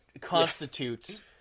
constitutes